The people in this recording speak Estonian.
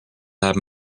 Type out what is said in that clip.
läheb